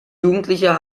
jugendlicher